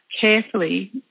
carefully